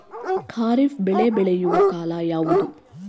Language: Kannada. ಖಾರಿಫ್ ಬೆಳೆ ಬೆಳೆಯುವ ಕಾಲ ಯಾವುದು?